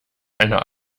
einer